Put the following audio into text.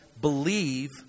believe